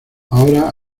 ahora